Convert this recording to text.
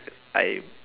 I